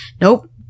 nope